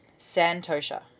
santosha